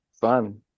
fun